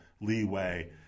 leeway